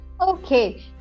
Okay